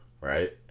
right